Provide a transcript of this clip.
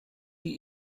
die